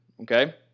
okay